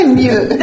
mieux